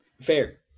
Fair